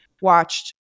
Watched